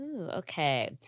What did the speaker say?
Okay